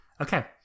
Okay